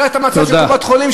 תראה את המצב של קופות-החולים,